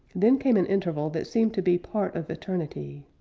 then came an interval that seemed to be part of eternity.